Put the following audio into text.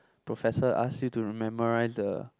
professor ask you to memorize the